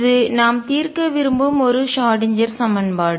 இது நாம் தீர்க்க விரும்பும் ஒரு ஷ்ராடின்ஜெர் சமன்பாடு